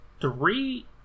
three